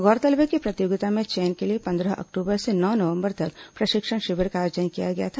गौरतलब है कि प्रतियोगिता में चयन के लिए पंद्रह अक्टूबर से नौ नवंबर तक प्रशिक्षण शिविर का आयोजन किया गया था